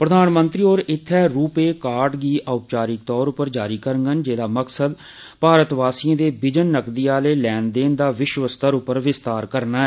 प्रधानमंत्री होर इत्थे रु कार्ड गी ओ चारिक तोर र जारी करगंन जेहदा मकसद भारतवासियें दे बिजन नकदी लैन देन दा विश्वस्तर र विस्तार करना ऐ